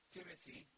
Timothy